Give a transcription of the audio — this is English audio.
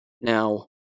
Now